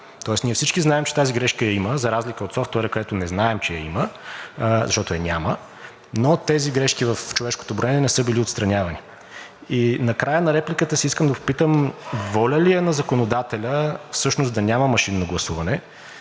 тоест ние всички знаем, че тази грешка я има, за разлика от софтуера, където не знаем, че я има, защото я няма, но тези грешки в човешкото броене не са били отстранявани. Накрая на репликата си искам да Ви попитам: воля ли е на законодателя всъщност да няма машинно гласуване,